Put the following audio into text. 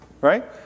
Right